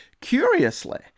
Curiously